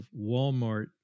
Walmart